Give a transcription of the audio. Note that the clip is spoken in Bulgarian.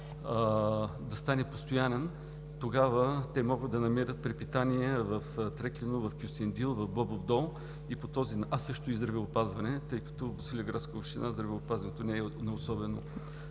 да стане постоянен. Тогава те могат да намерят препитание в Трекляно, в Кюстендил, в Бобов дол, а също и здравеопазване, тъй като в Босилеградска община здравеопазването не е на особено